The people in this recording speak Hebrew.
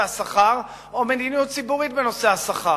השכר או מדיניות ציבורית בנושא השכר.